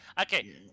Okay